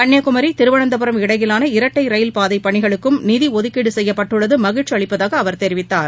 கள்ளியாகுமரி திருவனந்தபுரம் இடையிலான இரட்டை ரயில் பாதை பணிகளுக்கும் நிதி ஒதுக்கீடு செய்யப்பட்டுள்ளது மகிழ்ச்சி அளிப்பதாக அவர் தெரிவித்தார்